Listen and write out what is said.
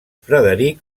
frederic